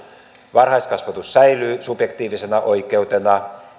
varhaiskasvatus säilyy subjektiivisena oikeutena